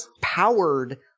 powered